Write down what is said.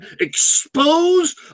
expose